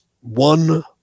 one